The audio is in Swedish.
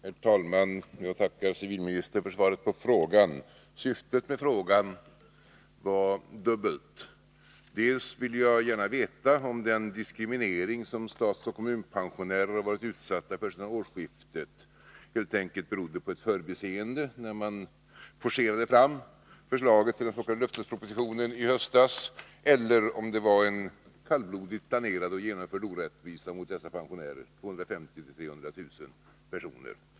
Herr talman! Jag tackar civilministern för svaret på frågan. Syftet med frågan var dubbelt. Jag ville gärna veta om den diskriminering som statsoch kommunpensionärer har varit utsatta för sedan årsskiftet helt enkelt berodde på ett förbiseende när man forcerade fram förslaget till den s.k. löftespropositionen i höstas, eller om det var en kallblodigt planerad och genomförd orättvisa mot dessa pensionärer, 250 000-300 000 personer.